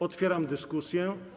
Otwieram dyskusję.